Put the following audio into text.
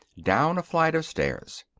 down a flight of stairs.